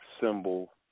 symbol